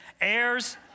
heirs